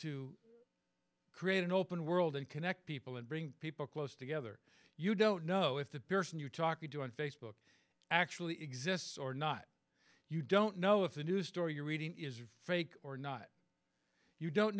to create an open world and connect people and bring people close together you don't know if the person you're talking to on facebook actually exists or not you don't know if the news story you're reading is fake or not you don't